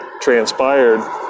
transpired